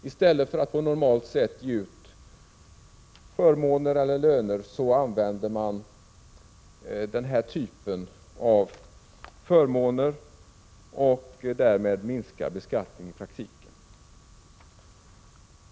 I stället för att på normalt sätt ge ut förmåner eller löner, använder man denna typ av förmåner. Därmed minskar beskattningen i praktiken.